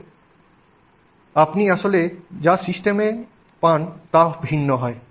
এবং অতএব আপনি আসলে সিস্টেমে যা পান তা ভিন্ন